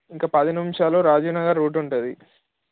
ఇంక పది నిమిషాలు రాజీవ్నగర్ రూట్ ఉంటుంది